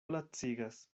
lacigas